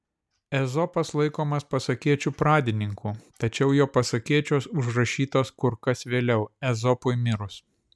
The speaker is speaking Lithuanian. ezopas laikomas pasakėčių pradininku tačiau jo pasakėčios užrašytos kur kas vėliau ezopui mirus